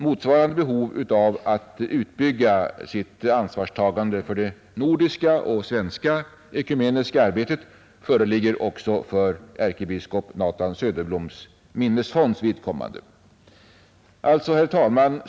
Motsvarande behov av att bygga ut sitt ansvarstagande för det nordiska och svenska ekumeniska arbetet föreligger också för ärkebiskop Nathan Söderbloms minnesfonds vidkommande. Herr talman!